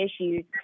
issues